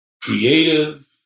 creative